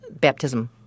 baptism